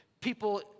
people